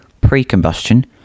pre-combustion